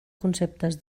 conceptes